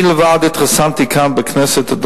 אני עצמי התחסנתי כאן בכנסת,